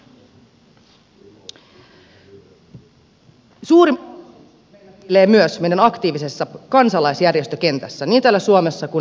suuri mahdollisuus on myös meidän aktiivisessa kansalaisjärjestökentässämme niin täällä suomessa kuin euroopan tasolla